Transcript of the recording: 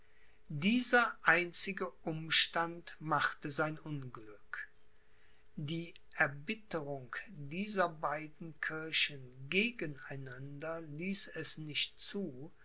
dieser einzige umstand machte sein unglück die erbitterung dieser beiden kirchen gegen einander ließ es nicht zu